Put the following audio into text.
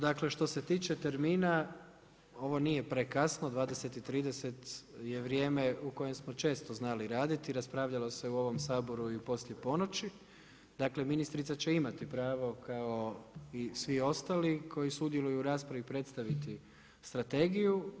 Dakle, što se tiče termina, ovo nije prekasno, 20.30 je vrijeme u kojem smo često znali raditi, raspravljalo se u ovom Saboru i poslije ponoći, dakle, ministrica će imati pravo kao i svi ostali koji sudjeluju u raspravi, predstaviti strategiju.